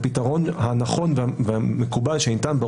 כמות המשתתפים והמשתתפות בדיון מעידה גם על